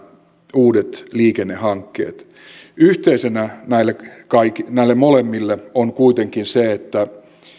uudet liikennehankkeet yhteisenä näille molemmille on kuitenkin se että